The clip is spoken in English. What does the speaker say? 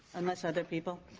unless other people